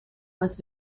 was